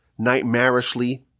nightmarishly